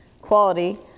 quality